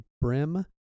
brim